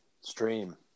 stream